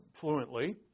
fluently